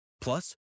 Plus